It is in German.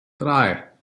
drei